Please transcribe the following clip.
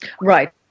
Right